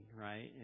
right